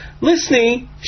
Listening